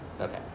Okay